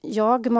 jag